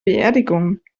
beerdigung